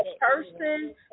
person